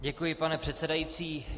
Děkuji, pane předsedající.